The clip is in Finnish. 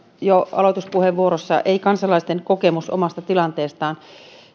jo aloituspuheenvuorossa ei kansalaisten kokemus omasta tilanteestaan